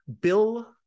Bill